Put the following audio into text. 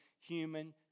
human